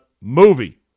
movie